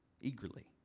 eagerly